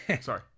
Sorry